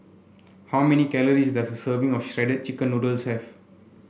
how many calories does a serving of Shredded Chicken Noodles have